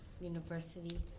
University